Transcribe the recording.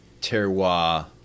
terroir